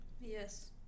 yes